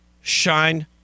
shine